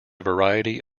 variety